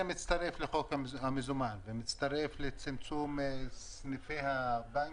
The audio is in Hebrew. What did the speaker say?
מצטרף לחוק המזומן ומצטרף לצמצום סניפי הבנק,